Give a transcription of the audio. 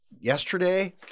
Yesterday